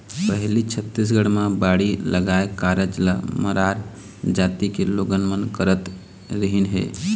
पहिली छत्तीसगढ़ म बाड़ी लगाए कारज ल मरार जाति के लोगन मन करत रिहिन हे